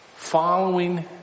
Following